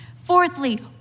Fourthly